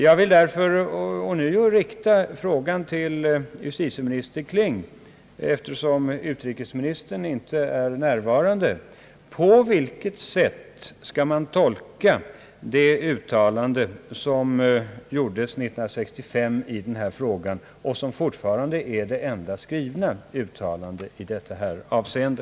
Jag vill därför ånyo rikta frågan till justitieminister Kling, eftersom utrikesministern inte är närvarande: På vilket sätt skall man tolka det uttalande som gjordes 1965 i denna fråga och som fortfarande är det enda skrivna uttalandet i detta avseende?